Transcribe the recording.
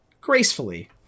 gracefully